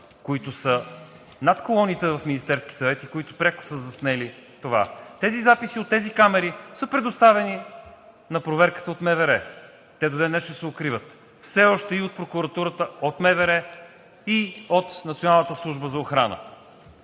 които са над колоните в Министерския съвет и които пряко са заснели това. Тези записи от тези камери са предоставени на проверката от МВР. Те до ден днешен се укриват. Все още и от Прокуратурата, от МВР и от Националната служба за охрана.